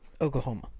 Oklahoma